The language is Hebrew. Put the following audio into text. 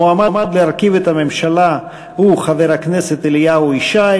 המועמד להרכיב את הממשלה הוא חבר הכנסת אליהו ישי.